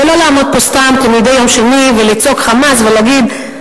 ולא לעמוד פה סתם מדי יום שני ולצעוק חמס ולהגיד,